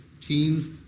teens